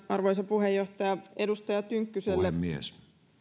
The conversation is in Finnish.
arvoisa puheenjohtaja edustaja tynkkyselle